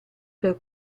per